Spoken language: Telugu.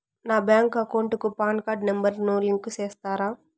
నా బ్యాంకు అకౌంట్ కు పాన్ కార్డు నెంబర్ ను లింకు సేస్తారా?